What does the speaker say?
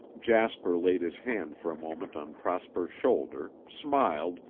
jasper laid his hand for a moment on prosper's shoulder, smiled,